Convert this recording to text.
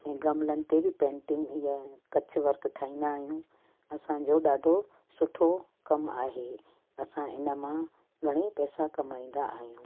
ऐं गमलनि ते बि पेंटिंग इहे कच्छ वर्क ठाहींदा आहियूं असांजो ॾाढो सुठो कमु आहे असां इन मां घणेई पैसा कमाईंदा आहियूं